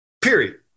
Period